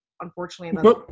unfortunately